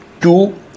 Two